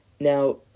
Now